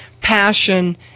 passion